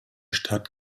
stadt